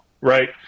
right